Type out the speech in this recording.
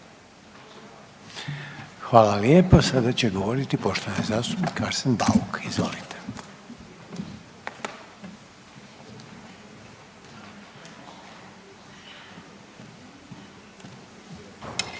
Hvala lijepo. Sada će govoriti poštovani zastupnik Arsen Bauk. Izvolite. **Bauk,